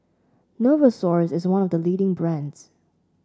Novosource is one of the leading brands